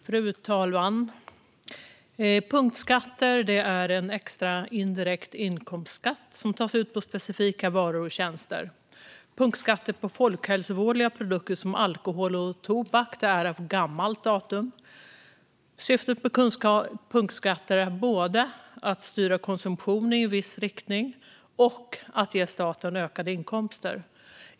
Fru talman! Punktskatt är en extra indirekt konsumtionsskatt som tas ut på specifika varor och tjänster. Punktskatter på folkhälsovådliga produkter som alkohol och tobak är av gammalt datum. Syftet med punktskatter är både att styra konsumtionen i en viss riktning och att ge staten ökade inkomster.